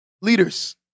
Leaders